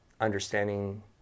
understanding